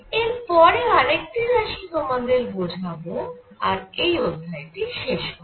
এরপরে আরেকটি রাশি তোমাদের বোঝাবো আর এই অধ্যায়টি শেষ করব